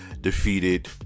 defeated